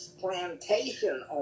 plantation